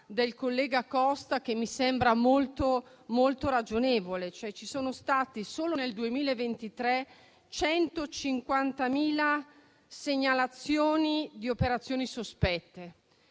del collega Costa che mi sembra molto ragionevole. Solo nel 2023 ci sono state 150.000 segnalazioni di operazioni sospette,